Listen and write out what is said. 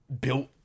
built